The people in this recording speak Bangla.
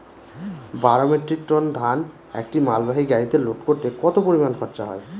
বারো মেট্রিক টন ধান একটি মালবাহী গাড়িতে লোড করতে কতো পরিমাণ খরচা হয়?